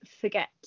forget